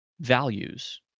values